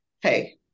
Hey